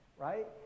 right